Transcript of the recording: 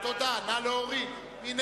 מי